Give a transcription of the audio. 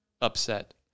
upset